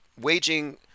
waging